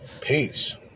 peace